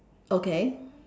okay